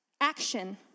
action